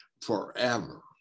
forever